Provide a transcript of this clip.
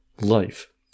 life